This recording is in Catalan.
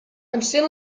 encén